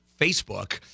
Facebook